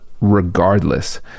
regardless